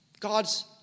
God's